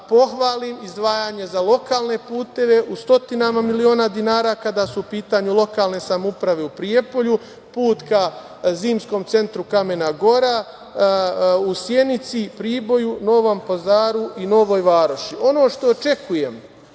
pohvalim izdvajanje za lokalne puteve u stotinama miliona dinara, kada su u pitanju lokalne samouprave u Prijepolju, put ka Zimskom centru „Kamena gora“, u Sjenici, Priboju, Novom Pazaru i Novoj Varoši. Ono što očekujem,